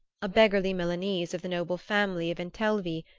a beggarly milanese of the noble family of intelvi,